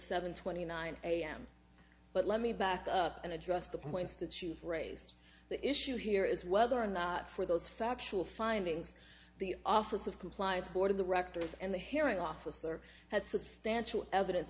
seven twenty nine am but let me back up and address the points that you've raised the issue here is whether or not for those factual findings the office of compliance board of directors and the hearing officer had substantial evidence